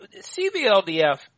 CBLDF